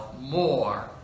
more